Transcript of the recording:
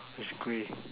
there's grey